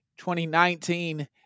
2019